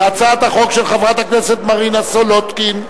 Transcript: להצעת החוק של חברת הכנסת מרינה סולודקין,